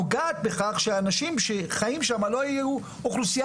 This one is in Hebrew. נוגעת בכך שהאנשים שחיים שם לא יהיו אוכלוסיה